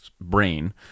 brain